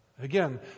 Again